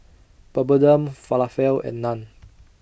Papadum Falafel and Naan